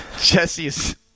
Jesse's